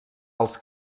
els